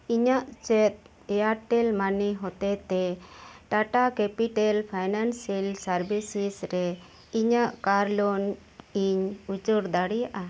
ᱤᱧᱟᱹᱜ ᱪᱮᱫ Airtel money ᱦᱚᱛᱮᱛᱮ ᱴᱟᱴᱟ ᱠᱮᱯᱤᱴᱮᱞ ᱯᱷᱟᱭᱱᱟᱱᱥᱮᱞ ᱥᱟᱨᱵᱷᱤᱥᱤᱥ ᱨᱮ ᱤᱧᱟᱹᱜ ᱠᱟᱨ ᱞᱳᱱ ᱤᱧ ᱩᱪᱟᱹᱲ ᱫᱟᱲᱮᱭᱟᱜᱼᱟ